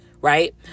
right